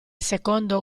secondo